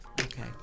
Okay